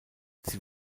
sie